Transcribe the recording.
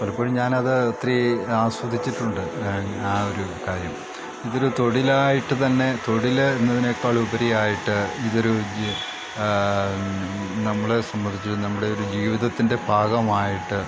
പലപ്പോഴും ഞാനത് ഒത്തിരി ആസ്വദിച്ചിട്ടുണ്ട് ആ ഒരു കാര്യം ഇതൊരു തൊഴിലായിട്ട് തന്നെ തൊഴില് എന്നതിനേക്കാളുപരിയായിട്ട് ഇതൊരു നമ്മളെ സംബന്ധിച്ചി നമ്മുടെയൊരു ജീവിതത്തിൻ്റെ ഭാഗമായിട്ട്